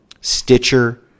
Stitcher